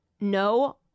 no